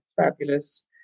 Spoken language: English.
fabulous